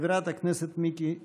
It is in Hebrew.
חברת הכנסת מיקי חיימוביץ'.